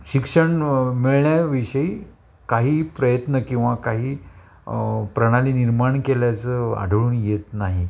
शिक्षण मिळण्याविषयी काही प्रयत्न किंवा काही प्रणाली निर्माण केल्याचं आढळून येत नाही